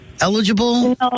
eligible